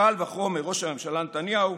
קל וחומר ראש הממשלה נתניהו,